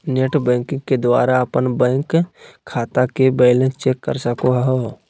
net banking के द्वारा अपन बैंक खाता के बैलेंस चेक कर सको हो